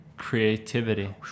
creativity